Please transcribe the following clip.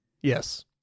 Yes